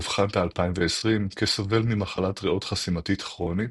אובחן ב-2020 כסובל ממחלת ריאות חסימתית כרונית,